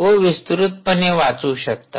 व विस्तृतपणे वाचू शकता